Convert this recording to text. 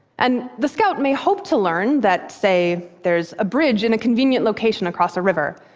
and the scout may hope to learn that, say, there's a bridge in a convenient location across a river.